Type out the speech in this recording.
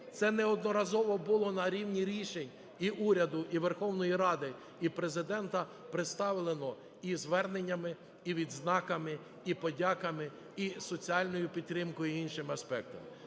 Це неодноразово було на рівні рішень і уряду, і Верховної Ради, і Президента представлено: і зверненнями, і відзнаками, і подяками, і соціальною підтримкою, і іншим аспектом.